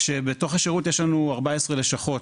בתוך השירות יש לנו 14 לשכות.